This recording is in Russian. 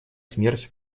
смерть